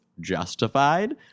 justified